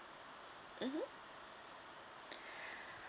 mmhmm